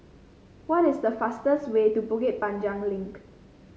what is the fastest way to Bukit Panjang Link